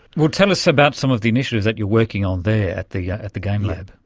you know tell us about some of the initiatives that you are working on there at the yeah at the gamelab.